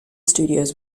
studios